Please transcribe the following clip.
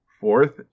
Fourth